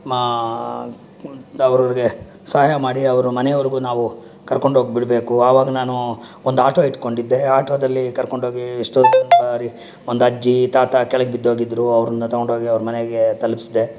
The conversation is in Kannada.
ಅವರಿಗೆ ಸಹಾಯ ಮಾಡಿ ಅವ್ರ ಮನೆಯವ್ರಿಗೂ ನಾವು ಕರ್ಕೊಂಡು ಹೋಗಿಬಿಡ್ಬೇಕು ಆವಾಗ ನಾನು ಒಂದು ಆಟೋ ಇಟ್ಟ್ಕೊಂಡಿದ್ದೆ ಆಟೋದಲ್ಲಿ ಕರ್ಕೊಂಡು ಹೋಗಿ ಎಷ್ಟೋ ಸಾರಿ ಒಂದು ಅಜ್ಜಿ ತಾತ ಕೆಳಗೆ ಬಿದ್ದೋಗಿದ್ರು ಅವ್ರನ್ನ ತೊಗೊಂಡೋಗಿ ಅವ್ರ ಮನೆಗೆ ತಲುಪಿಸ್ದೆ